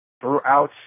Throughout